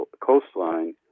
coastline